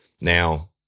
Now